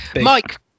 Mike